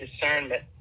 discernment